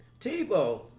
Tebow